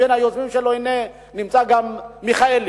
בין היוזמים שלו נמצא גם מיכאלי,